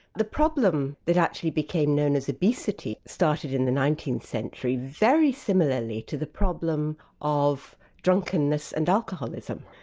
the problem that actually became known as obesity, started in the nineteenth century, very similarly to the problem of drunkenness and alcoholism,